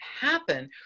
happen